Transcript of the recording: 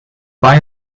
bei